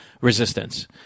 resistance